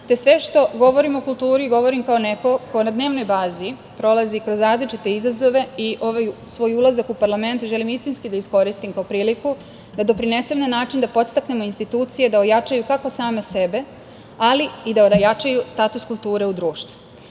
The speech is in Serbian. te sve što govorim o kulturi, govorim kao neko ko na dnevnoj bazi prolazi različite izazove i ovaj svoj ulazak u parlament želim istinski da iskoristim kao priliku da doprinesem na način da podstaknemo institucije da ojačaju kako same sebe, ali i da ojačaju status kulture u društvu. Mnogo